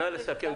נא לסכם,